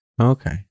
Okay